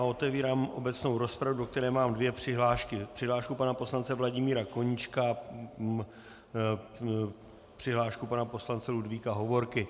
Otevírám obecnou rozpravu, do které mám dvě přihlášky přihlášku pana poslance Vladimíra Koníčka a přihlášku pana poslance Ludvíka Hovorky.